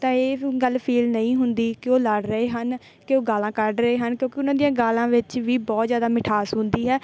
ਅਤੇ ਗੱਲ ਫੀਲ ਨਹੀਂ ਹੁੰਦੀ ਕਿ ਉਹ ਲੜ ਰਹੇ ਹਨ ਕਿ ਉਹ ਗਾਲਾਂ ਕੱਢ ਰਹੇ ਹਨ ਕਿਉਂਕਿ ਉਹਨਾਂ ਦੀਆਂ ਗਾਲਾਂ ਵਿੱਚ ਵੀ ਬਹੁਤ ਜ਼ਿਆਦਾ ਮਿਠਾਸ ਹੁੰਦੀ ਹੈ